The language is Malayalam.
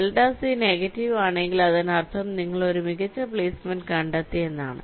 ΔC നെഗറ്റീവ് ആണെങ്കിൽ അതിനർത്ഥം നിങ്ങൾ ഒരു മികച്ച പ്ലേസ്മെന്റ് കണ്ടെത്തി എന്നാണ്